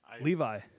Levi